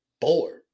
bored